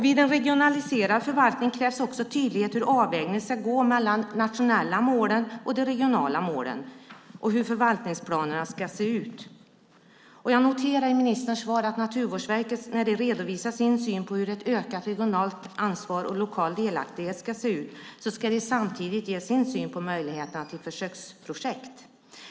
Vid en regionaliserad förvaltning krävs också tydlighet i hur avvägningen ska gå mellan de nationella målen och de regionala målen och hur förvaltningsplanerna ska se ut. Jag noterar i ministerns svar att Naturvårdsverket när de redovisar sin syn på hur ett ökat regionalt ansvar och lokal delaktighet ska se ut samtidigt ska ge sin syn på möjligheterna till försöksprojekt.